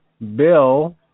Bill